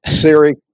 Siri